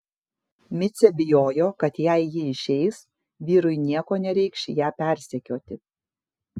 micė bijojo kad jei ji išeis vyrui nieko nereikš ją persekioti